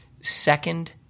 second